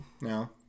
No